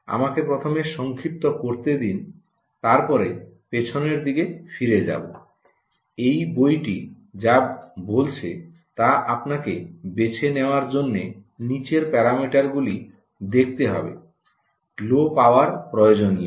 আমাকে প্রথমে সংক্ষিপ্ত করতে দিন তারপরে পিছন দিকে ফিরে যাব এই বইটি যা বলছে তা আপনাকে বেছে নেওয়ার জন্য নীচের প্যারামিটারগুলি দেখতে হবে লো পাওয়ার প্রয়োজনীয়তা